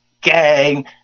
Gang